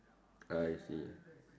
I see